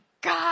God